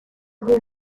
des